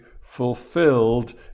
fulfilled